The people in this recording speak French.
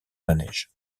manège